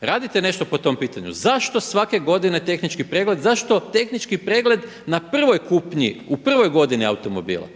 Radite nešto po tom pitanju. Zašto svake godine tehnički pregled, zašto tehnički pregled na prvoj kupnji, u prvoj godini automobila.